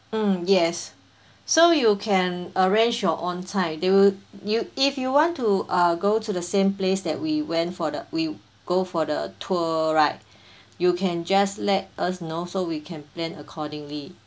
mm yes so you can arrange your own time they'll you if you want to uh go to the same place that we went for the we go for the tour right you can just let us know so we can plan accordingly